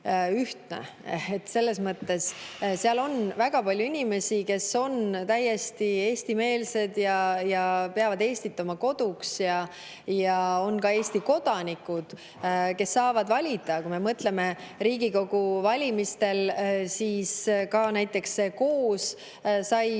kuidagi ühtne. Seal on väga palju inimesi, kes on täiesti eestimeelsed ja peavad Eestit oma koduks ja on Eesti kodanikud, kes saavad valida. Kui me mõtleme Riigikogu valimistele, siis näiteks KOOS sai